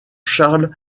charles